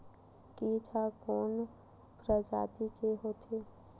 कीट ह कोन प्रजाति के होथे?